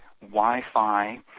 Wi-Fi